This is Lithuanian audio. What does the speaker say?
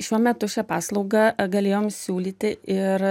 šiuo metu šią paslaugą galėjom siūlyti ir